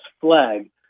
flag